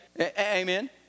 Amen